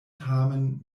tamen